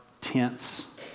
tense